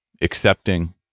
accepting